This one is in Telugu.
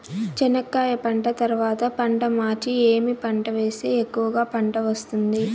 చెనక్కాయ పంట తర్వాత పంట మార్చి ఏమి పంట వేస్తే ఎక్కువగా పంట వస్తుంది?